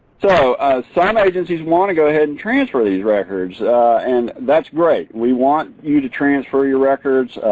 so some agencies want to go ahead and transfer these records and that's great. we want you to transfer your records.